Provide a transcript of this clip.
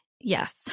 yes